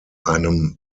einem